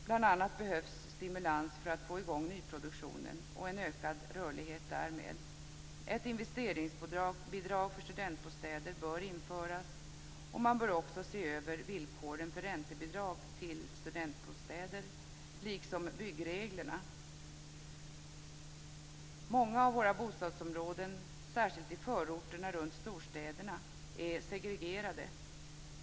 Bl.a. behövs stimulans för att få i gång nyproduktionen och därmed en ökad rörlighet. Ett investeringsbidrag för studentbostäder bör införas, och man bör också se över villkoren för räntebidrag till studentbostäder liksom byggreglerna. Många av våra bostadsområden, särskilt i förorterna runt storstäderna, är segregerade.